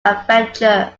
adventure